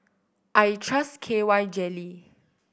I trust K Y Jelly